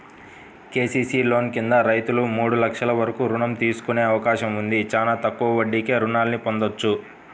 KCC loan కింద రైతులు మూడు లక్షల వరకు రుణం తీసుకునే అవకాశం ఉంది, చానా తక్కువ వడ్డీకే రుణాల్ని పొందొచ్చు